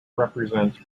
represents